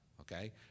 Okay